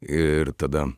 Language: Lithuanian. ir tada